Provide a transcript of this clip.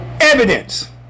Evidence